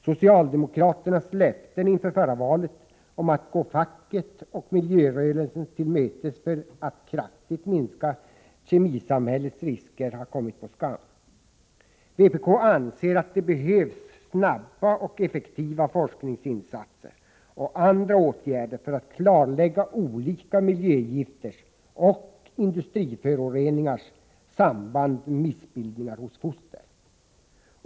Socialdemokraternas löften inför förra valet om att gå facket och miljörörelsen till mötes för att kraftigt minska kemisamhällets risker har kommit på skam. Vpk anser att det behövs snabba och effektiva forskningsinsatser och andra åtgärder för att klarlägga olika miljögifters och industriföroreningars samband med missbildningar hos foster.